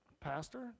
pastor